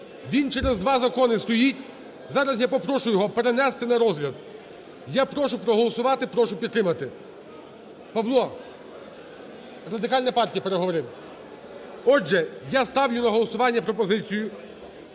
Він через два закони стоїть. Зараз я попрошу, його перенести на розгляд. Я прошу проголосувати. Прошу підтримати. Павло! Радикальна партія, переговори. Отже, Я ставлю на голосування пропозицію,